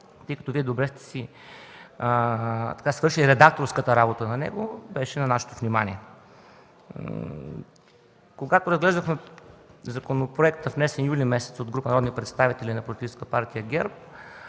тъй като Вие добре сте си свършили редакторската работа по него, беше на нашето внимание. Когато разглеждахме законопроекта, внесен юли месец от група народни представители от политическа партия ГЕРБ